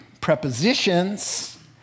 prepositions